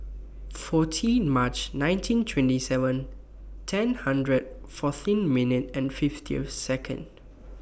fourteen March nineteen twenty seven ten hundred fourteen minutes and fifty Second